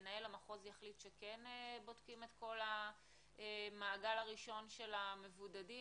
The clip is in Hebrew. מנהל המחוז יחליט שכן בודקים את כול המעגל הראשון של המבודדים,